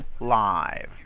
live